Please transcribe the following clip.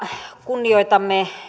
kunnioitamme